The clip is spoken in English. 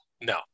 No